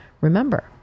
remember